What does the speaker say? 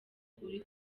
uri